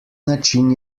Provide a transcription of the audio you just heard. način